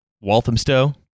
Walthamstow